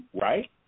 right